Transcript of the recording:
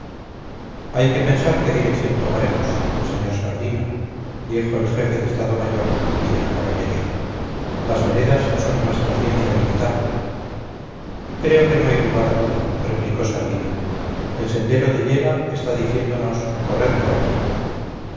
hay que pensar qué dirección tomaremos señor sardina dijo el jefe de estado mayor y de la caballería las veredas son nuestra ciencia militar creo que no hay lugar a duda replicó sardina el sendero de yela está diciéndonos corred por aquí